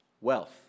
wealth